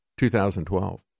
2012